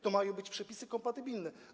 To mają być przepisy kompatybilne.